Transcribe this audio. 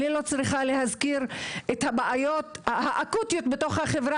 אני לא צריכה להזכיר את הבעיות האקוטיות בתוך החברה